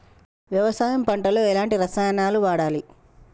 వ్యవసాయం పంట లో ఎలాంటి రసాయనాలను వాడాలి?